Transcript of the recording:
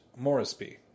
Morrisby